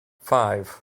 five